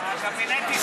קבינט.